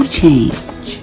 change